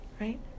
right